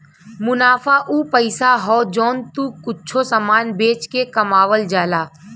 मुनाफा उ पइसा हौ जौन तू कुच्छों समान बेच के कमावल जाला